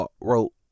wrote